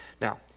Now